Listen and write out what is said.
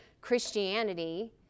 Christianity